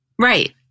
Right